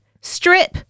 Strip